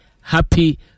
happy